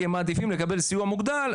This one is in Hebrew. כי הם מעדיפים לקבל סיוע מוגדל,